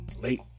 Late